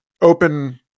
open